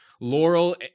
Laurel